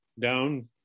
down